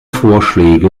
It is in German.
vorschläge